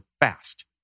FAST